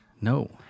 No